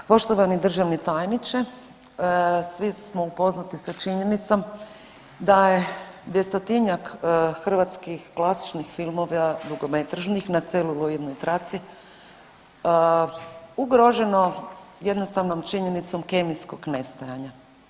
Poštovani državni tajniče, svi smo upoznati sa činjenicom da je 200-tinjak hrvatskih klasičnih filmova dugometražnih na celuloidnoj traci ugroženo jednostavnom činjenicom kemijskog nestajanja.